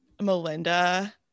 Melinda